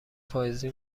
پاییزی